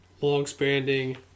long-spanning